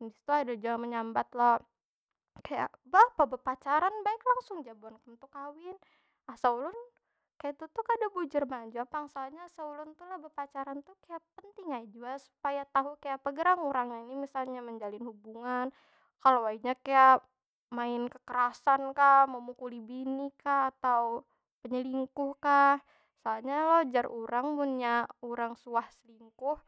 Habis tu ada jua menyambat lo kaya, beapa bepacaran? Baik langsung ja buhan kam tu kawin. Asa ulun kaya itu tuh kada bujur banar jua pang. Soalnya lah asa ulun tu lah, bepacaran tuh kaya penting ai jua supaya tahu kayapa gerang urangnya ni misalnya menjalin hubungan. Kalau ai inya kaya, main kekerasan kah, memukuli bini kah, atau penyelingkuh kah? Soalnya lo jar urang munnya urang suah selingkuh.